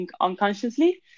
unconsciously